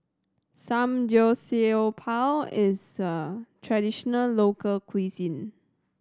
samgyeopsal is a traditional local cuisine